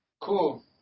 Cool